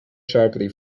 sharply